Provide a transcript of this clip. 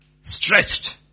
Stretched